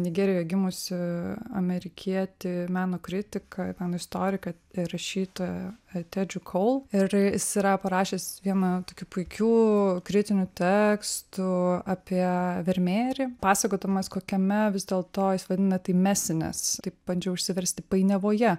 nigerijoje gimusį amerikietį meno kritiką istoriką ir rašytoją etedži kol ir jis yra parašęs vieną tokių puikių kritinių tekstų apie vermejerį pasakodamas kokiame vis dėl to jis vadina tai mesines taip bandžiau išsiversti painiavoje